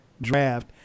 draft